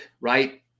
right